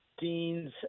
deans